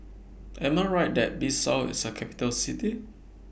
Am I Right that Bissau IS A Capital City